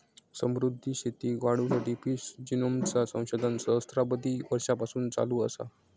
समुद्री शेतीक वाढवुसाठी फिश जिनोमचा संशोधन सहस्त्राबधी वर्षांपासून चालू असा